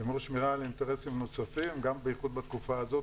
למול שמירה על אינטרסים נוספים גם בייחוד בתקופה הזאת